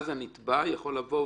יכול לבוא,